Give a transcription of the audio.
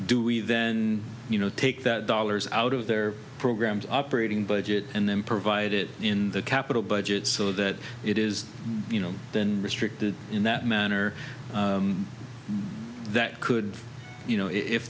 do we then you know take that dollars out of their programs operating budget and then provide it in the capital budget so that it is you know then restricted in that manner that could you know if